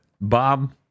Bob